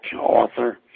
author